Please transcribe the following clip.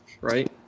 right